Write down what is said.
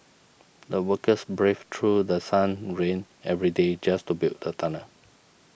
the workers braved through The Sun rain every day just to build the tunnel